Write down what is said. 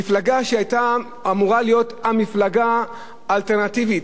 מפלגה שהיתה אמורה להיות המפלגה האלטרנטיבית,